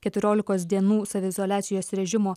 keturiolikos dienų saviizoliacijos režimo